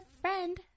friend